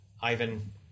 Ivan